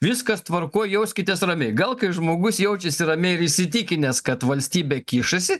viskas tvarkoj jauskitės ramiai gal kai žmogus jaučiasi ramiai ir įsitikinęs kad valstybė kišasi